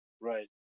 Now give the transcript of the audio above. right